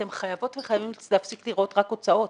אתם חייבות וחייבים להפסיק לראות רק הוצאות.